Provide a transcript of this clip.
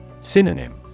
Synonym